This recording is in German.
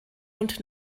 und